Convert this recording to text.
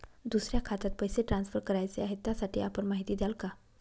दुसऱ्या खात्यात पैसे ट्रान्सफर करायचे आहेत, त्यासाठी आपण माहिती द्याल का?